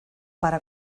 para